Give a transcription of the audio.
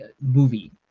movie